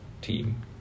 team